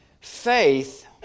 Faith